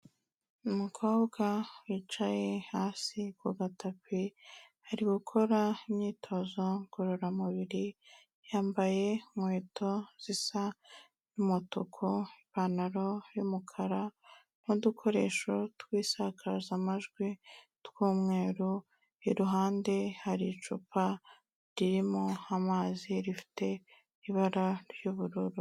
Umukobwa wicaye hasi ku gatapi, ari gukora imyitozo ngororamubiriz yambaye inkweto zisa n'umutuku, ipantaro y'umukara n'udukoresho tw'isakazamajwi tw'umweru, iruhande hari icupa ririmo amazi rifite ibara ry'ubururu.